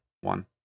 one